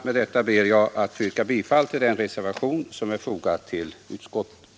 Med detta ber jag att få yrka bifall till den reservation som är fogad till utskottets betänkande.